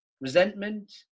resentment